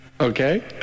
Okay